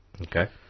Okay